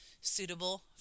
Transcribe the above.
suitable